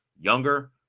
younger